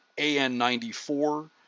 AN-94